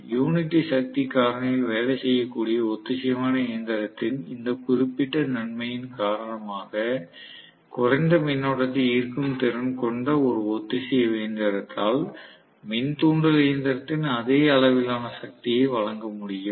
unity சக்தி காரணியில் வேலை செய்யக்கூடிய ஒத்திசைவான இயந்திரத்தின் இந்த குறிப்பிட்ட நன்மையின் காரணமாக குறைந்த மின்னோட்டத்தை ஈர்க்கும் திறன் கொண்ட ஒரு ஒத்திசைவு இயந்திரத்தால் மின் தூண்டல் இயந்திரத்தின் அதே அளவிலான சக்தியை வழங்க முடியும்